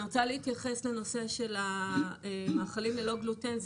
אני רוצה להתייחס לנושא של המאכלים ללא גלוטן,